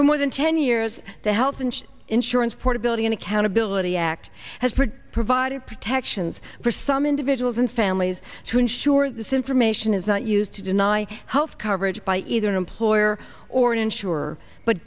for more than ten years the health and insurance portability and accountability act has produced provided protections for some individuals and families to ensure this information is not used to deny health coverage by either an employer or an insurer but